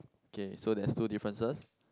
okay so there's two differences